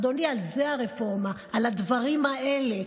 אדוני, על זה הרפורמה, על הדברים האלה.